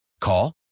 Call